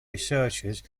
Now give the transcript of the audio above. researchers